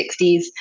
60s